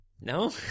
No